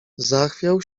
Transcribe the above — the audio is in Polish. zachwiał